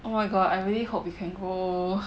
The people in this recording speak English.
oh my god I really hope you can go